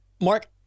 Mark